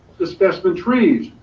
the specimen trees.